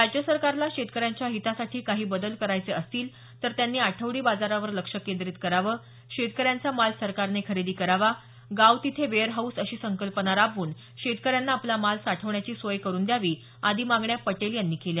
राज्य सरकारला शेतकऱ्यांच्या हितासाठी काही बदल करायचे असतील तर त्यांनी आठवडी बाजारावर लक्ष केंद्रित करावं शेतकऱ्यांचा माल सरकारने खरेदी करावा गाव तिथे वेअर हाऊस अशी संकल्पना राबवून शेतकऱ्यांना आपला माल साठवण्याची सोय करून द्यावी आदी मागण्या पटेल यांनी केल्या